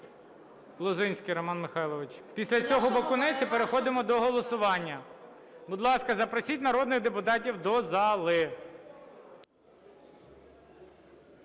Лозинський Роман Михайлович. Після цього – Бакунець. І переходимо до голосування. Будь ласка, запросіть народних депутатів до зали.